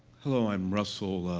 hello, i'm russell, ah,